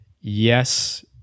Yes